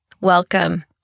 welcome